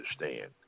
Understand